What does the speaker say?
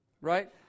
right